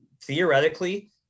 theoretically